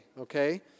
okay